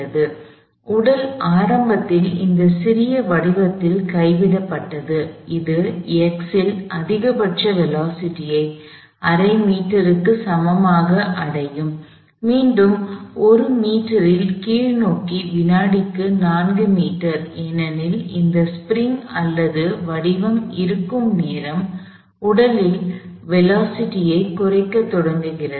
எனவே உடல் ஆரம்பத்தில் இந்த சிறிய வடிவத்தில் கைவிடப்பட்டது அது x இல் அதிகபட்ச வேலோஸிட்டி ஐ அரை மீட்டருக்கு சமமாக அடையும் மீண்டும் 1 மீட்டரில் கீழ்நோக்கி வினாடிக்கு 4 மீட்டர் ஏனெனில் இந்த ஸ்ப்ரிங் அல்லது வடிவம் இருக்கும் நேரம் உடலின் வேலோஸிட்டி ஐ குறைக்கத் தொடங்குகிறது